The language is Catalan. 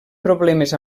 problemes